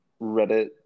reddit